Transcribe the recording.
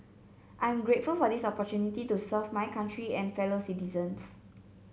I'm grateful for this opportunity to serve my country and fellow citizens